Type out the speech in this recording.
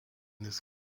this